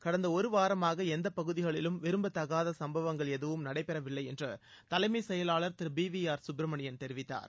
கடந்த ஒரு வாரமாக எந்த பகுதிகளிலும் விரும்பத்தகாத சும்பவங்கள் எதுவும் நடைபெறவில்லை என்று தலைமைச்செயலாளர் திரு பிடவி ஆர் சுப்பிரமணியன் தெரிவித்தார்